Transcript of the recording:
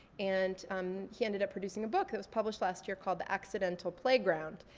and um he ended up producing a book that was published last year called the accidental playground.